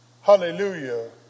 hallelujah